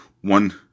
one